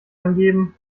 angeben